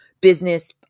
business